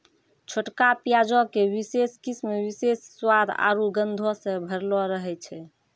छोटका प्याजो के विशेष किस्म विशेष स्वाद आरु गंधो से भरलो रहै छै